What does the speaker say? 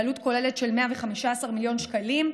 בעלות כוללת של 115 מיליון שקלים.